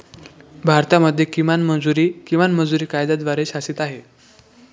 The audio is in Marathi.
भारतामध्ये किमान मजुरी, किमान मजुरी कायद्याद्वारे शासित आहे